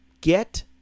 get